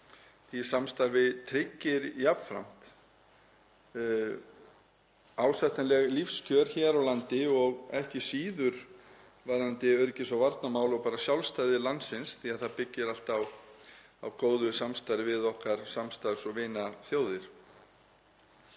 því samstarfi tryggir jafnframt ásættanleg lífskjör hér á landi og ekki síður öryggis- og varnarmál og sjálfstæði landsins því að það byggir allt á góðu samstarfi við okkar samstarfs- og vinaþjóðir.